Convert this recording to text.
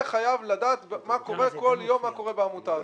חייב לדעת בכל יום מה קורה בעמותה הזאת.